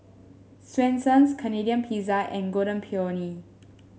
Swensens Canadian Pizza and Golden Peony